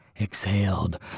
exhaled